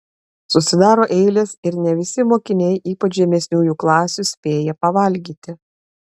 susidaro eilės ir ne visi mokiniai ypač žemesniųjų klasių spėja pavalgyti